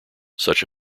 such